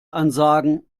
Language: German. ansagen